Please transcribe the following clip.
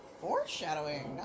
foreshadowing